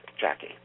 Jackie